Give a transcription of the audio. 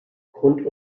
grund